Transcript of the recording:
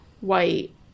white